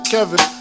Kevin